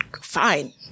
Fine